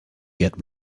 get